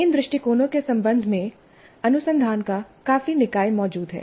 इन दृष्टिकोणों के संबंध में अनुसंधान का काफी निकाय मौजूद है